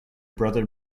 brother